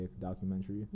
documentary